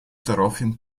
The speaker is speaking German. daraufhin